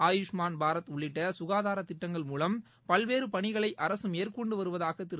ஆயுஷ்மாள் பாரத் உள்ளிட்ட சுகாதாரத் திட்டங்கள் மூலம் பல்வேறு பணிகளை அரசு மேற்கொன்டு வருவதாக திரு